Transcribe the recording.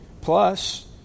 plus